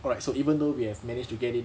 alright so even though we have managed to get in